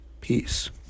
Peace